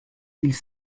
ils